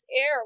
air